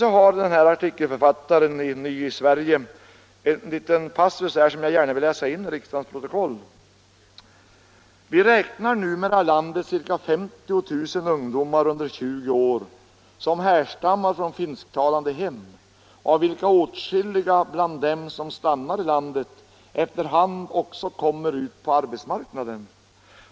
Så har artikelförfattaren i Ny i Sverige en liten passus som jag gärna vill läsa in i riksdagens protokoll: ”Vi räknar numera i landet ca 50 000 ungdomar under 20 år som härstammar från finsktalande hem, av vilka åtskilliga bland dem som stannar i landet efter hand också kommer ut på arbetsmarknaden.